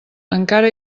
encara